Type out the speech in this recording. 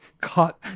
caught